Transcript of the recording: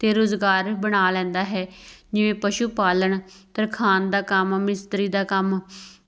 ਅਤੇ ਰੁਜ਼ਗਾਰ ਬਣਾ ਲੈਂਦਾ ਹੈ ਜਿਵੇਂ ਪਸ਼ੂ ਪਾਲਣ ਤਰਖਾਣ ਦਾ ਕੰਮ ਮਿਸਤਰੀ ਦਾ ਕੰਮ